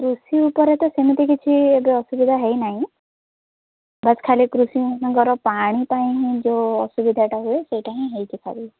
କୃଷି ଉପରେ ତ ସେମିତି କିଛି ଏବେ ଅସୁବିଧା ହେଇ ନାହିଁ ବାସ୍ ଖାଲି କୃଷିମାନଙ୍କର ପାଣି ପାଇଁ ହିଁ ଯୋ ଅସୁବିଧାଟା ହୁଏ ସେଇଟା ହିଁ ହେଇଛି ଖାଲି